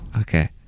Okay